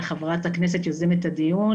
לחברת הכנסת עטיה,